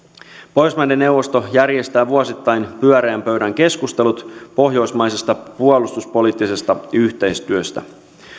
pohjoismaiden neuvosto järjestää vuosittain pyöreän pöydän keskustelut pohjoismaisesta puolustuspoliittisesta yhteistyöstä